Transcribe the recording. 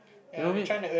you know me